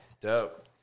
Dope